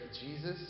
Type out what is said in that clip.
Jesus